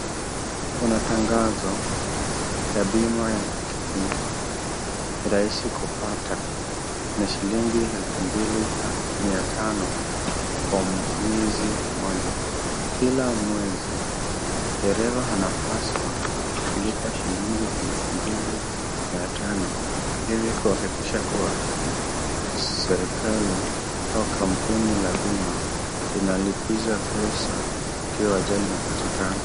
Kuna tangazo la bima ya pikipiki, ni rahisi kupata. Ni shilingi elfu mbili mia tano kwa mwezi moja. Kila mwezi, dereva anapaswa kulipwa shilingi elfu mbili mia tano ili kuhakikisha kuwa serikali au kampuni la bima linalipisha pesa ikiwa ajali imepatikana.